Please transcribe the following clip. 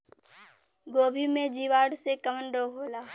गोभी में जीवाणु से कवन रोग होला?